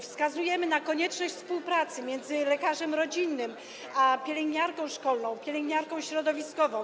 Wskazujemy na konieczność współpracy między lekarzem rodzinnym a pielęgniarką szkolną, pielęgniarką środowiskową.